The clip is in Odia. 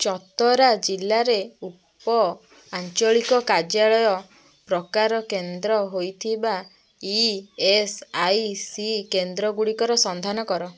ଚତରା ଜିଲ୍ଲାରେ ଉପ ଆଞ୍ଚଳିକ କାର୍ଯ୍ୟାଳୟ ପ୍ରକାର କେନ୍ଦ୍ର ହେଇଥିବା ଇ ଏସ୍ ଆଇ ସି କେନ୍ଦ୍ରଗୁଡ଼ିକର ସନ୍ଧାନ କର